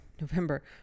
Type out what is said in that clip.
november